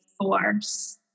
force